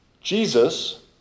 Jesus